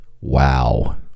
wow